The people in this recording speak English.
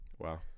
wow